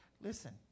Listen